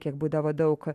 kiek būdavo daug